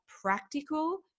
practical